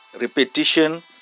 repetition